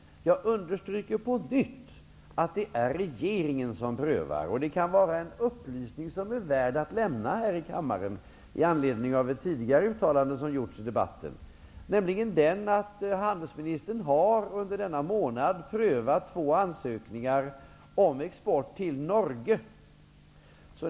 Jag understryker på nytt att det är regeringen som prövar. Det kan vara en upplysning som är värd att lämna här i kammaren i anledning av ett tidigare uttalande som gjorts i debatten, nämligen att handelsministern under denna månad har prövat två ansökningar om export till Norge.